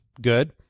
good